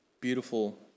beautiful